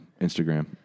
Instagram